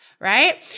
right